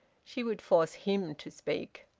she would force him to speak.